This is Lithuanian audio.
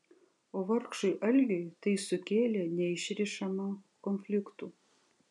o vargšui algiui tai sukėlė neišrišamų konfliktų